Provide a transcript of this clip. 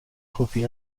کپی